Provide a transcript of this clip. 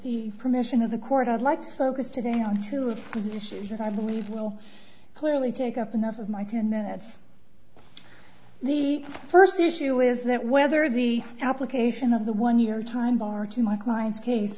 the permission of the court i'd like to focus today on to a position that i believe will clearly take up enough of my ten minutes the first issue is that whether the application of the one year time bar to my client's case